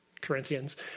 Corinthians